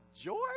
joy